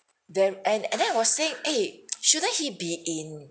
then and and then I was saying eh shouldn't he be in